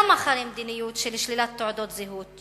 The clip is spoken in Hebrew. גם אחרי מדיניות של שלילת תעודות זהות,